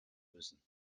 müssen